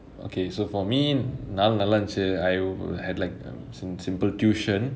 okay so for me நாள் நல்லா இருந்துச்சு: naal nallaa irunthuchu I had like some simple tuition